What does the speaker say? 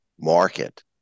Market